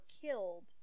killed